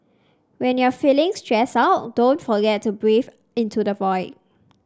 when you are feeling stressed out don't forget to breathe into the void